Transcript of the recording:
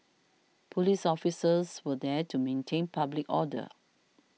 police officers were there to maintain public order